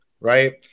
right